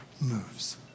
moves